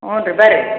ಹ್ಞೂ ರೀ ಬರ್ರಿ